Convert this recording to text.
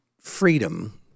freedom